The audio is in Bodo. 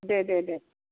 दे दे दे